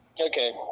Okay